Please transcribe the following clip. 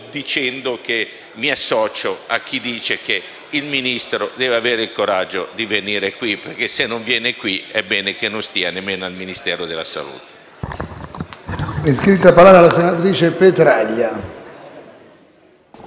conclusione, mi associo a chi sostiene che il Ministro debba avere il coraggio di venire qui perché, se non lo fa, è bene che non stia nemmeno al Ministero della salute.